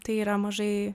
tai yra mažai